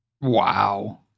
Wow